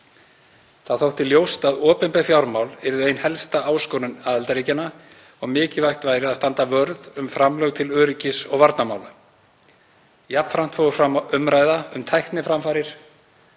Þá þótti ljóst að opinber fjármál yrðu ein helsta áskorun aðildarríkjanna og mikilvægt væri að standa vörð um framlög til öryggis- og varnarmála. Jafnframt fór fram umræða um tækniframfarir